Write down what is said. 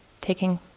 taking